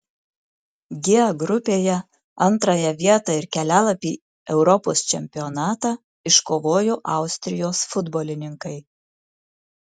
g grupėje antrąją vietą ir kelialapį europos čempionatą iškovojo austrijos futbolininkai